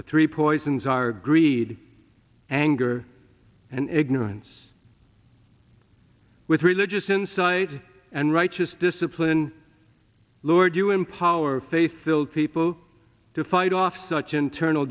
the three poisons our greed anger and ignorance with religious inside and rightness discipline lord you empower faith filled people to fight off such internal